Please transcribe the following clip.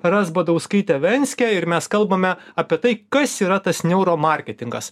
razbadauskaitę venskę ir mes kalbame apie tai kas yra tas neuromarketingas